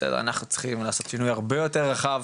אנחנו צריכים לעשות שינוי הרבה יותר רחב,